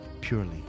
purely